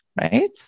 right